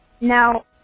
Now